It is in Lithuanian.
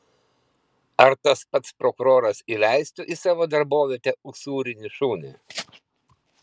ar tas pats prokuroras įleistų į savo darbovietę usūrinį šunį